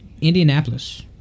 Indianapolis